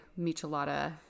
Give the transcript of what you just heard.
michelada